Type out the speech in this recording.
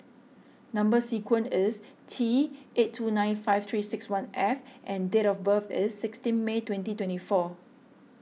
Number Sequence is T eight two nine five three six one F and date of birth is sixteen May twenty twenty four